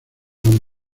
and